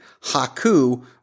Haku